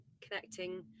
connecting